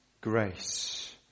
grace